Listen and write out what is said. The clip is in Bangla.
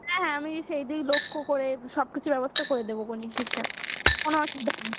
হ্যাঁ হ্যাঁ আমি সেই দিক লক্ষ্য করে সব কিছু ব্যবস্থা করে দেবোখন ঠিকঠাক কোনও অসুবিধা হবে না